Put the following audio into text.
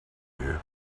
you